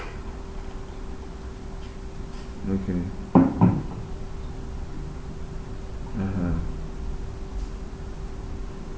okay (uh huh)